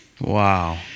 Wow